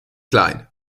klein